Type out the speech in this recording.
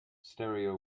stereo